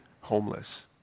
homeless